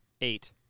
Eight